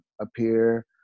appear